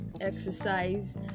exercise